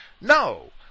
No